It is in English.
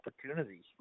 opportunity